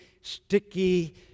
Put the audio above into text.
sticky